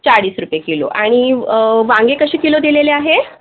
चाळीस रुपये किलो आणि वांगे कसे किलो दिलेले आहे